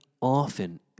often